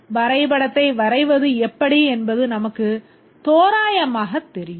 வரைபடத்தை வரைவது எப்படி என்பது நமக்குத் தோராயமாக தெரியும்